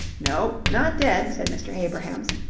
no, not dead, said mr. abrahams,